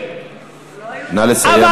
נא לסיים,